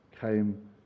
came